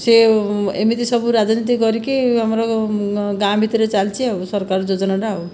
ସେ ଏମିତି ସବୁ ରାଜନୀତି କରିକି ଆମର ଗାଁ ଭିତରେ ଚାଲିଛି ଆଉ ସରକାରୀ ଯୋଜନାଟା ଆଉ